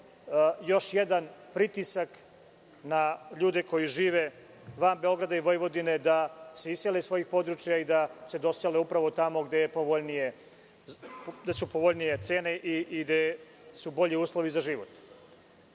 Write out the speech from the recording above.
još jedan pritisak na ljude koji žive van Beograda i Vojvodine da se isele iz svojih područja, da se dosele upravo tamo gde su povoljnije cene i gde su bolji uslovi za život? Ko